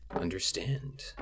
understand